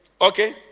Okay